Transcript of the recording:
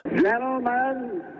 Gentlemen